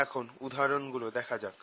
এখন উদাহরণ গুলো দেখা যাক